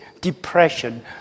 depression